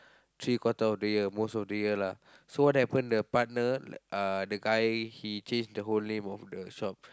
three quarter of the year most of the year lah so what happened the partner uh the guy he changed the whole name of the shop